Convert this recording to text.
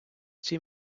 цій